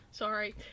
sorry